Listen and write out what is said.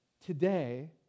today